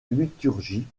liturgie